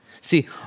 See